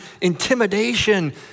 intimidation